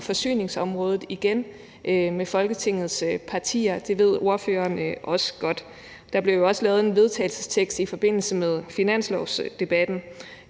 og forsyningsområdet med Folketingets partier. Det ved ordføreren også godt. Og der blev jo i forbindelse med finanslovsdebatten